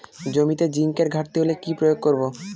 জমিতে জিঙ্কের ঘাটতি হলে কি প্রয়োগ করব?